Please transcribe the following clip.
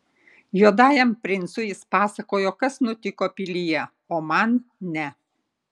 juodajam princui jis pasakojo kas nutiko pilyje o man ne